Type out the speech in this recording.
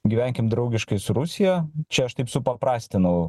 gyvenkim draugiškai su rusija čia aš taip supaprastinau